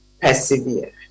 persevere